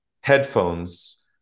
headphones